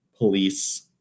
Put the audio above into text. police